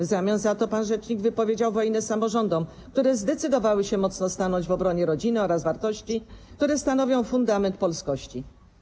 W zamian za to pan rzecznik wypowiedział wojnę samorządom, które zdecydowały się mocno stanąć w obronie rodziny oraz wartości, które stanowią fundament polskości.